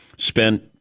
Spent